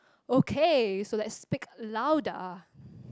okay so let's speak louder